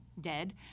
dead